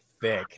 thick